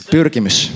Pyrkimys